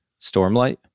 Stormlight